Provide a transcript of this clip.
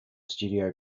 studio